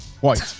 white